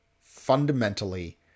fundamentally